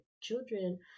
children